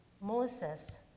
Moses